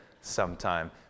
sometime